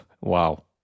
Wow